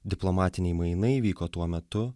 diplomatiniai mainai vyko tuo metu